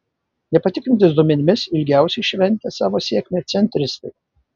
nepatikrintais duomenimis ilgiausiai šventė savo sėkmę centristai